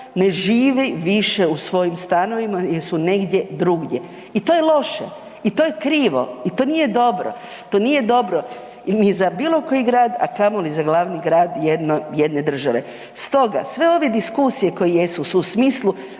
ne živi više u svojim stanovima jer su negdje drugdje. I to je loše i to je krivo i to nije dobro, to nije dobro ni za bilo koji grad, a kamoli za glavni grad jedne države. Stoga, sve ove diskusije koje jesu su u smislu